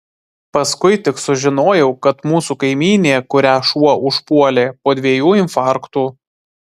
paskui tik sužinojau kad mūsų kaimynė kurią šuo užpuolė po dviejų infarktų